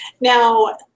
Now